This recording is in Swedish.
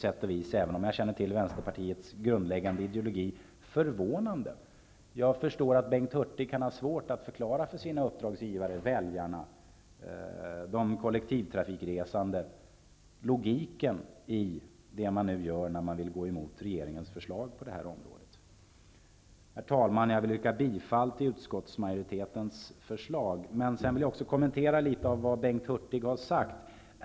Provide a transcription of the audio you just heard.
Även om jag känner till Vänsterpartiets grundläggande ideologi är det förvånande. Jag förstår att Bengt Hurtig kan ha svårt att för sina uppdragsgivare -- väljarna och de kollektivtrafikresande -- förklara logiken i det man nu gör när man går emot regeringens förslag på detta område. Herr talman! Jag yrkar bifall till utskottsmajoritetens förslag. Jag vill även kommentera en del av det som Bengt Hurtig har sagt.